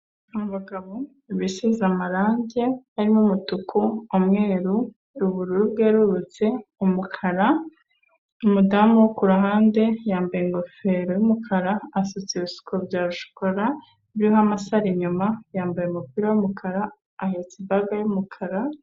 Abagabo bisize amarange arimo umutuku, umweru, ubururu bwerurutse, umukara, umudamu wo ku ruhande yambaye ingofero y'umukara, asutse ibisuko bya shokora, biriho amasaro inyuma, yambaye umupira w'umukara, ahetse ibage y'umukara.